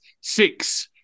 six